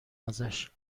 ازش